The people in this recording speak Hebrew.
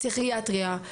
פסיכיאטריה,